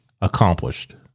accomplished